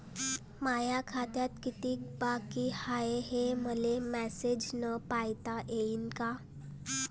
माया खात्यात कितीक बाकी हाय, हे मले मेसेजन पायता येईन का?